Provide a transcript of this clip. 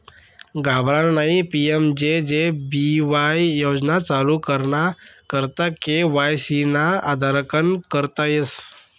घाबरानं नयी PMJJBY योजना चालू कराना करता के.वाय.सी ना आधारकन करता येस